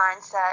mindset